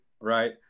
right